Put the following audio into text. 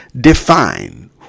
define